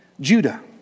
Judah